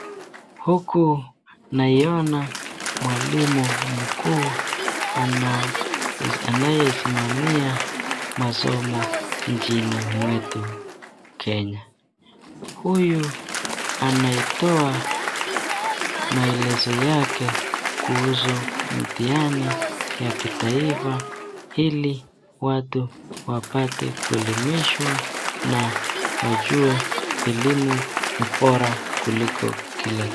Huku naiona mwalimu mkuu anaye simamia masomo nchini mwetu kenya. Huyu anaitowa maelezo yake kuhusu mtihani ya kitaifa ili watu wapate kuelimishwa na wajue elimu ni bora kuliko kila...